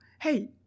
Hey